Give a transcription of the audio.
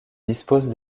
disposent